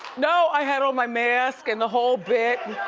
no, i had on my mask and the whole bit,